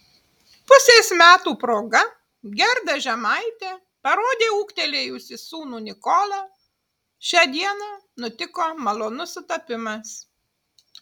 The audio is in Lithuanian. pusės metų proga gerda žemaitė parodė ūgtelėjusį sūnų nikolą šią dieną nutiko malonus sutapimas